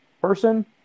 person